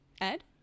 Ed